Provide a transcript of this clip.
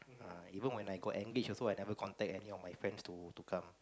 ah even when I got engaged also I never contact any of my friends to to come